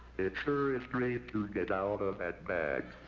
it sure is great to get out of that bag